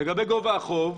לגבי גובה החוב,